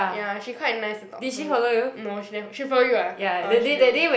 ya she quite nice to talk to no she never she follow you ah oh she never